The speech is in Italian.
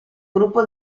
gruppo